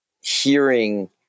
hearing